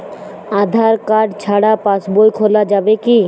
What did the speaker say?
আধার card ছাড়া পাশবই খোলা যাবে কি?